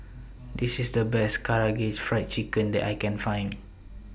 This IS The Best Karaage Fried Chicken that I Can Find